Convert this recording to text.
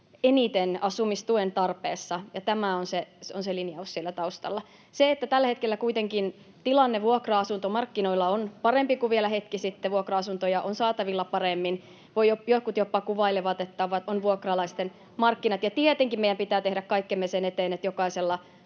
eniten asumistuen tarpeessa, ja tämä on se linjaus siellä taustalla. Tällä hetkellä kuitenkin tilanne vuokra-asuntomarkkinoilla on parempi kuin vielä hetki sitten, vuokra-asuntoja on saatavilla paremmin — jotkut jopa kuvailevat, että on vuokralaisten markkinat. [Niina Malmin välihuuto] Ja tietenkin meidän pitää tehdä kaikkemme sen eteen, että jokaisella